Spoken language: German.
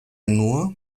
nur